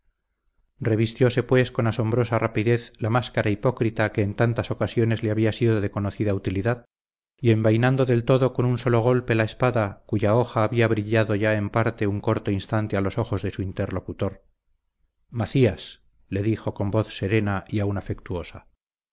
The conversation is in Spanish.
cometido revistióse pues con asombrosa rapidez la máscara hipócrita que en tantas ocasiones le había sido de conocida utilidad y envainando del todo con un solo golpe la espada cuya hoja había brillado ya en parte un corto instante a los ojos de su interlocutor macías le dijo con voz serena y aun afectuosa